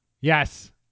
Yes